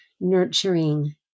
nurturing